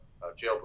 jailbreak